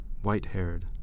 white-haired